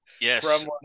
Yes